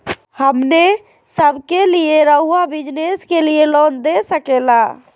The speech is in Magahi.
हमने सब के लिए रहुआ बिजनेस के लिए लोन दे सके ला?